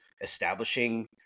establishing